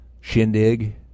shindig